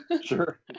Sure